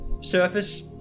surface